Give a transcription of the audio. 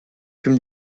ким